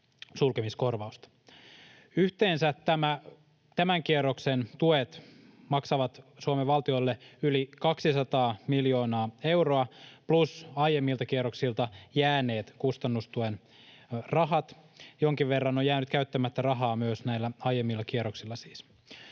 sulkemiskorvausta. Yhteensä tämän kierroksen tuet maksavat Suomen valtiolle yli 200 miljoonaa euroa plus aiemmilta kierroksilta jääneet kustannustuen rahat. Jonkin verran siis on jäänyt käyttämättä rahaa myös näillä aiemmilla kierroksilla.